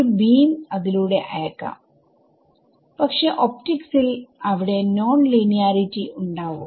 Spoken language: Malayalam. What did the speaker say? ഒരു ബീമ് അതിലൂടെ അയക്കാം പക്ഷെ ഒപ്റ്റിക്സിൽ അവിടെ നോൺ ലീനിയാരിറ്റിഉണ്ടാവും